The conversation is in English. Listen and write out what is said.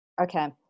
okay